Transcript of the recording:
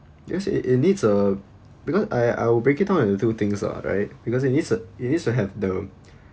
yes it it needs uh because I I would break it down into two things lah right because it needs to it needs to have the